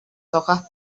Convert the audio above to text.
hojas